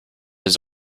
his